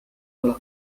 delle